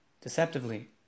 deceptively